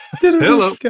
Hello